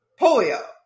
polio